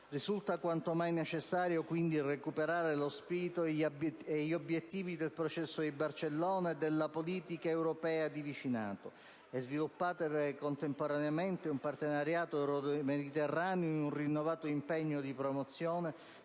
Risulta quanto mai necessario - quindi - recuperare lo spirito e gli obiettivi del processo di Barcellona e della politica europea di vicinato e sviluppare, contemporaneamente, un partenariato euromediterraneo in un rinnovato impegno di promozione